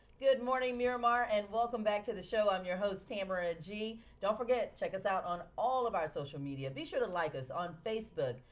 good morning miramar and welcome back to the show. i'm your host tamara g. don't forget check us out on all of our social media be sure to like us on facebook,